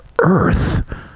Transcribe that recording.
earth